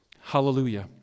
Hallelujah